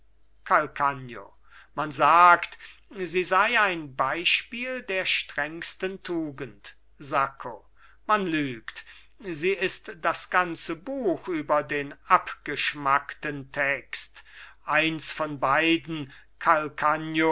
calcagno man sagt sie sei ein beispiel der strengsten tugend sacco man lügt sie ist das ganze buch über den abgeschmackten text eins von beiden